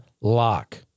lock